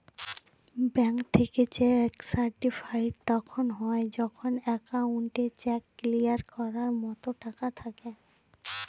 bank থেকে cheque certified তখন হয় যখন একাউন্টে চেক ক্লিয়ার করার মতো টাকা থাকে